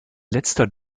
letzter